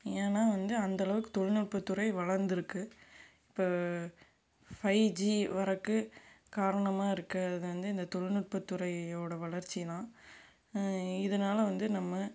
ஏன்னால் வந்து அந்த அளவுக்கு தொழில்நுட்பத்துறை வளர்ந்துருக்குது இப்போ ஃபைஜி வரதுக்கு காரணமாக இருக்கிறது வந்து இந்த தொழில்நுட்பத்துறையோடய வளர்ச்சி தான் இதனால வந்து நம்ம